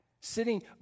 sitting